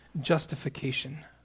justification